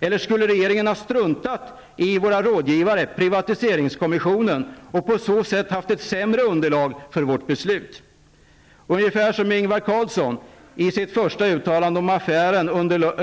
Eller skulle vi i regeringen ha struntat i våra rådgivare, privatiseringskommissionen, och på så sätt haft ett sämre underlag för vårt beslut? Skulle vi ha gjort som Ingvar Carlsson i sitt första uttalande om affären